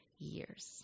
years